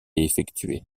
effectuées